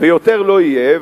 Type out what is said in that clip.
ויותר לא יהיה,